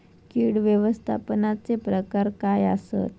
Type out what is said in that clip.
कीड व्यवस्थापनाचे प्रकार काय आसत?